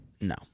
No